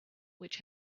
which